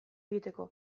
egiteko